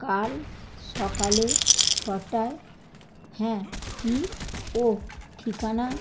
কাল সকালে ছটায় হ্যাঁ কী ও ঠিকানা